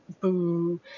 boo